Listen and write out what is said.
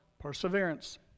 perseverance